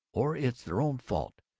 or it's their own fault,